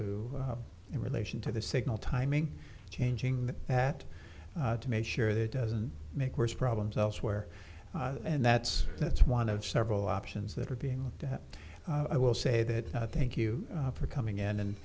in relation to the signal timing changing that to make sure that doesn't make worse problems elsewhere and that's that's one of several options that are being looked at i will say that i thank you for coming in and